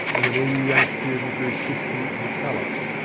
and the needy young student grew shifty and callous,